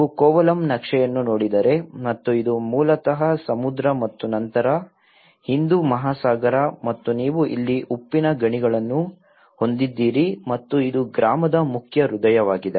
ನೀವು ಕೋವಲಂ ನಕ್ಷೆಯನ್ನು ನೋಡಿದರೆ ಮತ್ತು ಇದು ಮೂಲತಃ ಸಮುದ್ರ ಮತ್ತು ನಂತರ ಹಿಂದೂ ಮಹಾಸಾಗರ ಮತ್ತು ನೀವು ಇಲ್ಲಿ ಉಪ್ಪಿನ ಗಣಿಗಳನ್ನು ಹೊಂದಿದ್ದೀರಿ ಮತ್ತು ಇದು ಗ್ರಾಮದ ಮುಖ್ಯ ಹೃದಯವಾಗಿದೆ